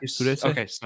okay